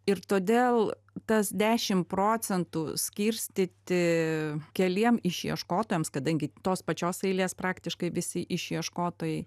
ir todėl tas dešim procentų skirstyti keliems išieškotojams kadangi tos pačios eilės praktiškai visi išieškotojai